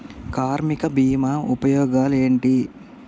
కార్మిక బీమా ఉపయోగాలేంటి?